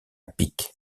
pic